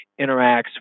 interacts